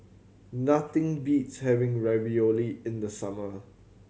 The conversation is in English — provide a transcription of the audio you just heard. nothing beats having Ravioli in the summer